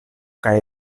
kaj